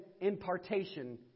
impartation